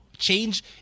change